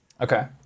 okay